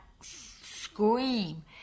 scream